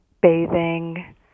bathing